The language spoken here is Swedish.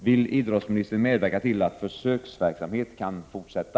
Vill idrottsministern medverka till att försöksverksamhet kan fortsätta?